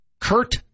Kurt